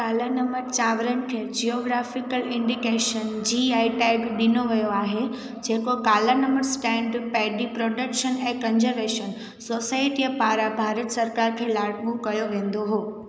कालानमक चांवरनि खे geographical indication G I tag ॾिनो वियो आहे जेको कालानामक स्टैंड पैडी प्रोडक्शन ऐं कंजर्वेशन सोसाइटीअ पारां भारत सरकार खे लाॻू कयो वेंदो हो